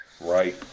Right